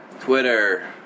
Twitter